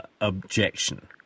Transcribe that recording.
objection